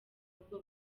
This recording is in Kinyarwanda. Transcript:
ubwo